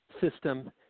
system